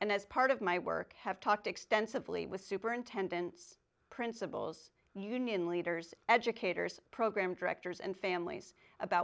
and as part of my work have talked extensively with superintendents principals union leaders educators program directors and families about